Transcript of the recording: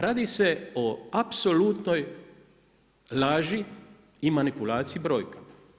Radi se o apsulutnoj laži i manipulaciji brojkama.